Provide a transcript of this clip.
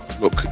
look